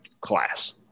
class